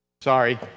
sorry